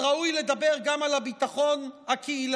אז ראוי לדבר גם על הביטחון הקהילתי?